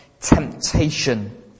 temptation